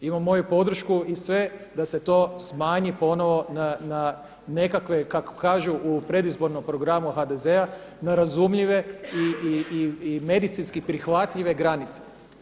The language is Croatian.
Ima moju podršku i sve da se to smanji ponovo na nekakve kako kažu u predizbornom programu HDZ-a na razumljive i medicinski prihvatljive granice.